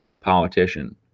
politician